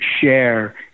share